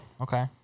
Okay